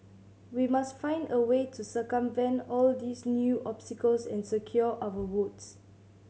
we must find a way to circumvent all these new obstacles and secure our votes